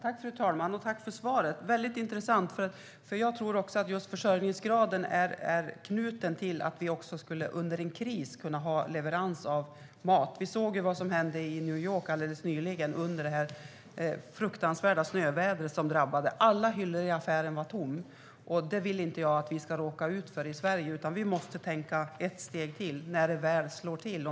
Fru talman! Tack för svaret! Det var väldigt intressant. Jag tror också att försörjningsgraden är knuten till att vi under en kris kan ha leverans av mat. Vi såg ju vad som hände i New York alldeles nyligen, under det fruktansvärda snöovädret. Alla hyllor i affärerna var tomma. Det vill jag inte att vi ska råka ut för i Sverige, utan vi måste tänka ett steg till, när det väl slår till.